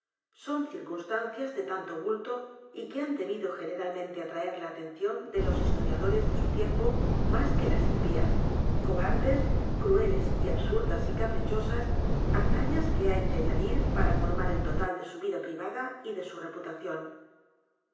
son circunstancias de tanto bulto y que han debido generalmente atraer la atención de los historiadores de su tiempo más que las impías cobardes crueles absurdas y caprichosas hazañas que hay que edgar poe novelas y cuentos añadir para formar el total de su vida privada y de su reputación